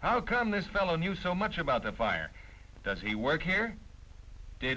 how come this fellow knew so much about the fire does he work here did